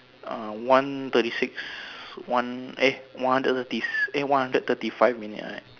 uh one thirty six one eh one hundred thirties eh one hundred thirty five minute like that